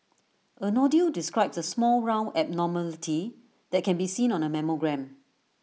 A nodule describes A small round abnormality that can be seen on A mammogram